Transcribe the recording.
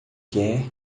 quer